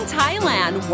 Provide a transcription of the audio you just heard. Thailand